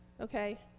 Okay